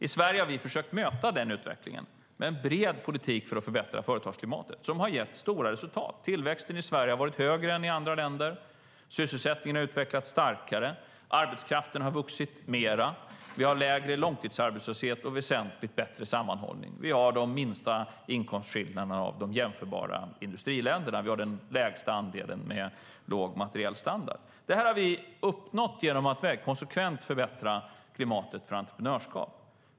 I Sverige har vi försökt att möta den utvecklingen med en bred politik för att förbättra företagsklimatet. Det har gett stora resultat: Tillväxten har varit högre i Sverige än i andra länder, sysselsättningen har utvecklats starkare, arbetskraften har vuxit mer och vi har lägre långtidsarbetslöshet och väsentligt bättre sammanhållning. Vi har de minsta inkomstskillnaderna av de jämförbara industriländerna, och vi har den lägsta andelen med låg materiell standard. Detta har vi uppnått genom att konsekvent förbättra klimatet för entreprenörskap.